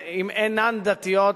אם הן אינן דתיות,